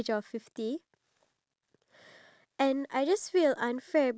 ageing population but I just feel like it's not fair because